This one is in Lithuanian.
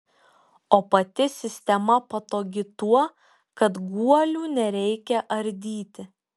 o pati sistema patogi tuo kad guolių nereikia ardyti